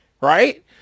Right